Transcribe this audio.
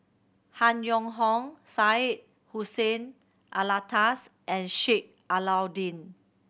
Han Yong Hong Syed Hussein Alatas and Sheik Alau'ddin